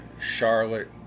Charlotte